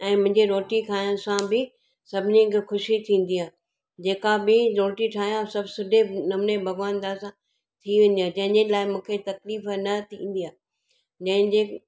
ऐ मुंहिंजी रोटी खाइण सां बि सभिनीनि खे ख़ुशी थींदी आहे जेका बि रोटी ठाहियां सभु सुठे नमूने भॻिवानु जी दया सां थी वेंदी आहे जंहिंजे लाइ मूंखे तकलीफ़ न थींदी आहे जंहिंजे